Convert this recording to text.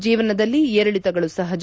ಜೀವನದಲ್ಲಿ ಏರಿಳಿತಗಳು ಸಹಜ